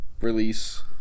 release